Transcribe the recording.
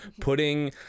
putting